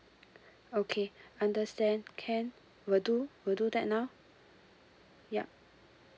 okay understand can will do will do that now yup